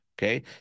Okay